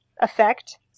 effect